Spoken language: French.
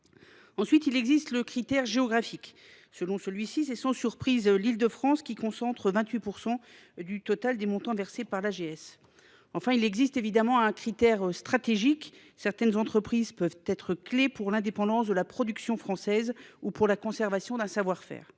Ensuite, il existe le critère géographique. Selon celui-ci, c'est sans surprise l'Île-de-France qui concentre 28% du total des montants versés par la GS. Enfin, il existe évidemment un critère stratégique. Certaines entreprises peuvent être clés pour l'indépendance de la production française ou pour la conservation d'un savoir-faire.